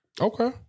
Okay